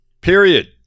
period